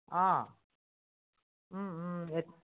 অঁ এ